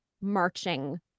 marching